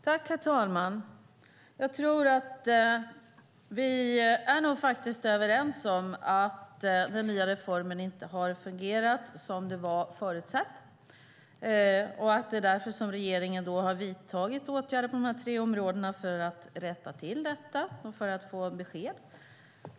Herr talman! Jag tror att vi är överens om att den nya reformen inte har fungerat som det var tänkt. Det är därför som regeringen har vidtagit åtgärder på de här tre områdena för att rätta till detta och för att få besked.